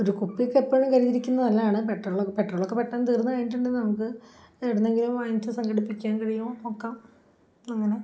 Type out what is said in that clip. ഒരു കുപ്പിയൊക്കെ എപ്പോഴും കരുതിയിരിക്കുന്നതു നല്ലതാണ് പെട്രോളൊക്ക പെട്രോളൊക്കെ പെട്ടെന്ന് തീര്ന്നുകഴിഞ്ഞിട്ടുണ്ടെങ്കില് നമുക്ക് എവിടുന്നെങ്കിലും വാങ്ങിയിട്ടു സംഘടിപ്പിക്കാൻ കഴിയും നോക്കാം അങ്ങനെ